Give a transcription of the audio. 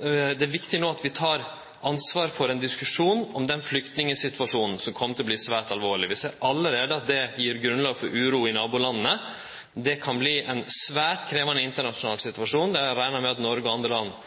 er viktig at vi tek ansvar for ein diskusjon om flyktningsituasjonen, som kjem til å verte svært alvorleg. Vi ser allereie at det gjev grunnlag for uro i nabolanda. Det kan verte ein svært krevjande internasjonal situasjon, og eg reknar med at Noreg og andre land